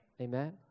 Amen